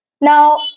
Now